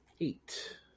eight